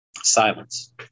Silence